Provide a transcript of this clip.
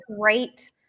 great